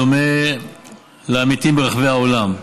בדומה לעמיתים ברחבי העולם,